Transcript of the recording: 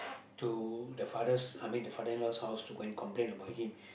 to the father's I mean the father in laws house to go and complain about him